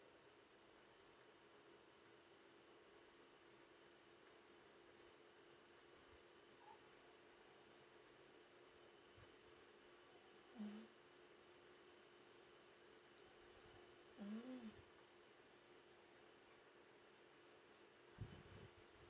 mmhmm mm